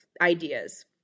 ideas